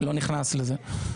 לא נכנס לזה.